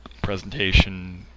Presentation